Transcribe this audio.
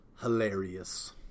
hilarious